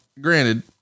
granted